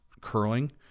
curling